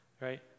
right